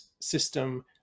system